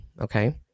okay